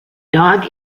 dog